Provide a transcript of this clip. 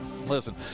Listen